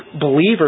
believers